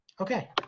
okay